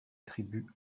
tribus